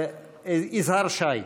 יזהר שי.